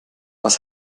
was